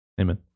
Amen